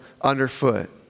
underfoot